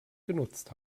genutzt